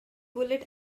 bullet